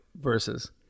versus